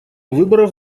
выборов